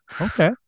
Okay